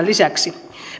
lisäksi